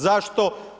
Zašto?